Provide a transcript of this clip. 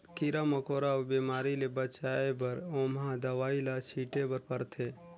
कीरा मकोरा अउ बेमारी ले बचाए बर ओमहा दवई ल छिटे बर परथे